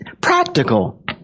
Practical